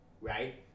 right